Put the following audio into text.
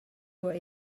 were